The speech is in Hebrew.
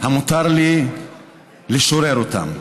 המותר לי לשורר אותם?